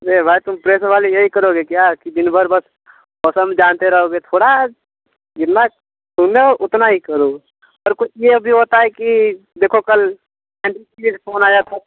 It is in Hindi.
अरे भाई तुम प्रेस वाले यही करोगे क्या कि दिन भर बस मौसम जानते रहोगे थोड़ा जितना सुन रहे हो उतना ही करो और कुछ ये भी होता है कि देखो कल फ़ोन आया था